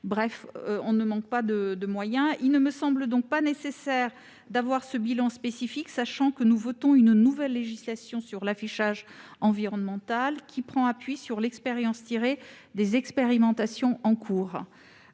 Bref, nous ne manquons pas de moyens. Il ne me semble donc pas nécessaire de disposer d'un bilan spécifique, sachant que nous votons sur une nouvelle législation sur l'affichage environnemental, qui prend appui sur les enseignements tirés des expérimentations en cours.